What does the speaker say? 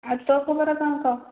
ଆଉ ତୋ ଖବର କ'ଣ କହ